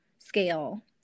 scale